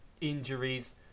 injuries